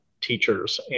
teachers